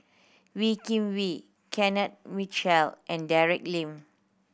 Wee Kim Wee Kenneth Mitchell and Dick Lee